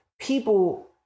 people